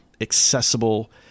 accessible